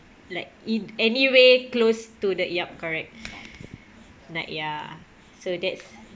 like in anywhere close to the yup correct like ya so that's